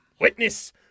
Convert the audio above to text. Witness